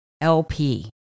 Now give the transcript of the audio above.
LP